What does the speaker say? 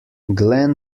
glenn